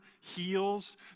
heals